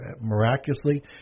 miraculously